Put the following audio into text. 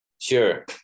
Sure